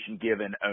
given